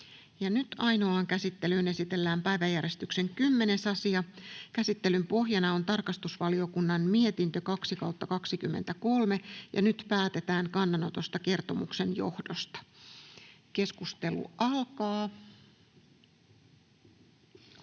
Ainoaan käsittelyyn esitellään päiväjärjestyksen 10. asia. Käsittelyn pohjana on tarkastusvaliokunnan mietintö TrVM 2/2023 vp. Nyt päätetään kannanotosta kertomuksen johdosta. — Keskustelu alkaa.